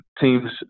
teams